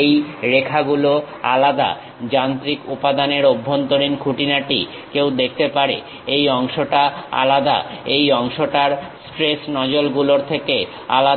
এই রেখাগুলো আলাদা যান্ত্রিক উপাদানের অভ্যন্তরীণ খুঁটিনাটি কেউ দেখতে পারে এই অংশটা আলাদা এই অংশটার স্ট্রেস নজল গুলোর থেকে আলাদা